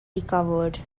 recovered